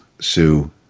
sue